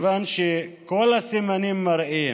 כיוון שכל הסימנים מראים,